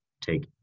take